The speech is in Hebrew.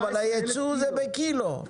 אבל הייצוא זה בקילוגרמים.